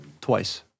twice